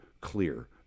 clear